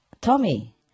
Tommy